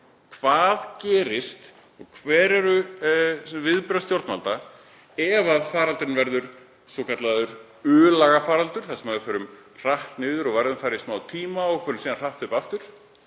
Hvað gerist og hver verða viðbrögð stjórnvalda ef faraldurinn verður svokallaður U-laga faraldur þar sem við förum hratt niður, verðum þar í smá tíma og förum síðan hratt upp aftur?